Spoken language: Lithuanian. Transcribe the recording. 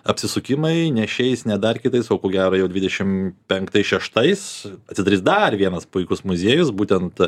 apsisukimai ne šiais ne dar kitais o ko gero jau dvidešimt penktais šeštais atsidarys dar vienas puikus muziejus būtent